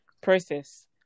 process